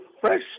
fresh